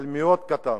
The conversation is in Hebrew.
אבל מאוד, קטן.